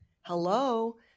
Hello